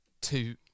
two